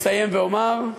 אסיים ואומר: